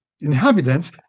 inhabitants